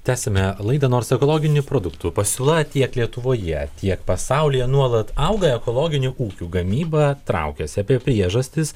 tęsiame laidą nors ekologinių produktų pasiūla tiek lietuvoje tiek pasaulyje nuolat auga ekologinių ūkių gamyba traukiasi apie priežastis